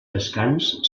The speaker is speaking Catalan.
descans